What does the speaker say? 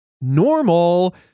normal